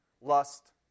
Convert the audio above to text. lust